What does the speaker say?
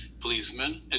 policemen